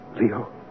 Leo